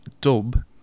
dub